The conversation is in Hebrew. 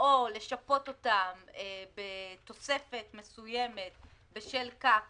או לשפות אותם בתוספת מסוימת בשל כך